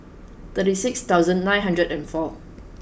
thirty six thousand nine hundred and four